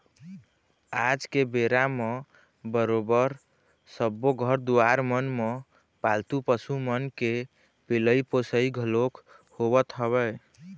आज के बेरा म बरोबर सब्बो घर दुवार मन म पालतू पशु मन के पलई पोसई घलोक होवत हवय